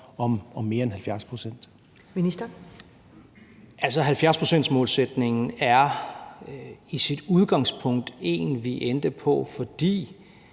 Jørgensen): Altså, 70-procentsmålsætningen er i sit udgangspunkt den, vi endte på, fordi